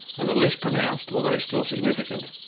and the least pronounced, although still significant,